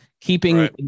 keeping